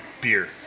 beer